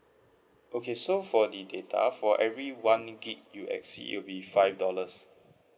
okay so for the data for every one gig you exceed it'll be five dollars